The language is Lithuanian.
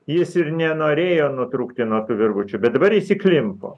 jis ir nenorėjo nutrūkti nuo virvučių bet dabar jis įklimpo